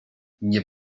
nie